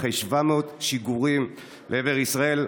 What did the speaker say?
אחרי 700 שיגורים לעבר ישראל,